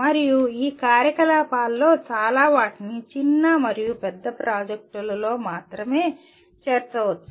మరియు ఈ కార్యకలాపాలలో చాలా వాటిని చిన్న మరియు పెద్ద ప్రాజెక్టులలో మాత్రమే చేర్చవచ్చు